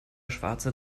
schwarze